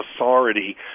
authority